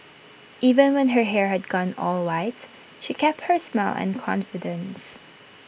even when her hair had gone all white she kept her smile and confidence